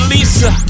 Lisa